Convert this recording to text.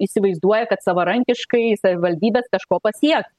įsivaizduoja kad savarankiškai savivaldybės kažko pasieks